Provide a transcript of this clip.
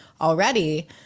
already